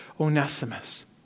Onesimus